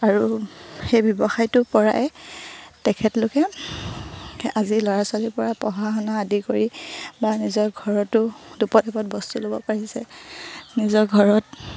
আৰু সেই ব্যৱসায়টোৰপৰাই তেখেতলোকে আজি ল'ৰা ছোৱালীৰপৰা পঢ়া শুনা আদি কৰি বা নিজৰ ঘৰতো দুপদ এপদ বস্তু ল'ব পাৰিছে নিজৰ ঘৰত